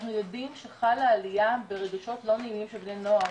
אנחנו יודעים שחלה עלייה ברגשות לא נעימים של בני נוער.